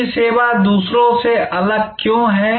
आपकी सेवा दूसरों से अलग क्यों है